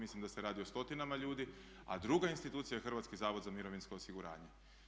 Mislim da se radi o stotinama ljudi, a druga institucija je Hrvatski zavod za mirovinsko osiguranje.